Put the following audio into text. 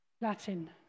Latin